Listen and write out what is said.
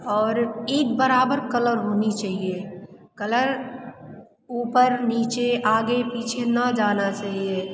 और एक बराबर कलर होना चहिए कलर ऊपर नीचे आगे पीछे ना जाना चहिए